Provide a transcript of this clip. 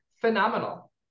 phenomenal